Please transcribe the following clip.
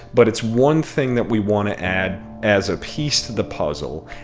but it's one thing that we want to add as a piece to the puzzle.